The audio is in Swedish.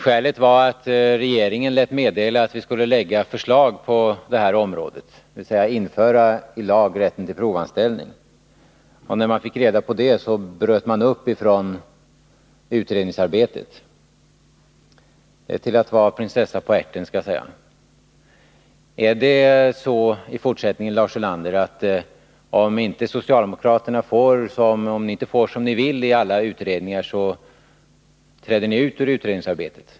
Skälet var att regeringen lät meddela att vi skulle lägga fram förslag på detta område, dvs. införa i lag rätten till provanställning. När man fick reda på det bröt man upp från utredningsarbetet. Det är till att vara prinsessan på ärten, skall jag säga! Blir det så i fortsättningen, Lars Ulander, att om ni inom socialdemokratin inte får som ni villi alla utredningar, träder ni ut ur utredningsarbetet?